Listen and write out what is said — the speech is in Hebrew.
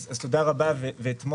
תודה רבה, ותודה על ההזדמנות להציג.